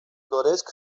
doresc